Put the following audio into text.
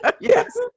yes